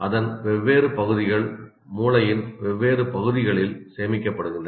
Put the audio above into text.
அதன் வெவ்வேறு பகுதிகள் மூளையின் வெவ்வேறு பகுதிகளில் சேமிக்கப்படுகின்றன